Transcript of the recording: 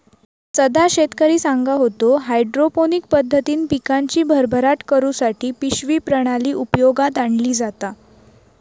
सदा शेतकरी सांगा होतो, हायड्रोपोनिक पद्धतीन पिकांची भरभराट करुसाठी पिशवी प्रणाली उपयोगात आणली जाता